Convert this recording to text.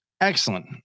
excellent